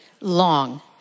long